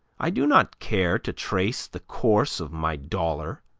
i do not care to trace the course of my dollar,